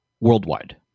Worldwide